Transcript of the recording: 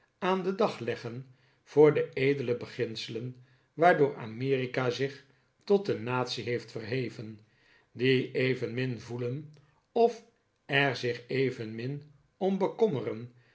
aan den dag leggen voor de edele beginselen waardoor amerika zich tot een natie heeft verheven die evenmin voelen of er zich evenmin om bekommeren